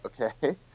okay